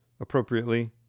appropriately